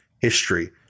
history